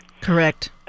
correct